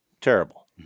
terrible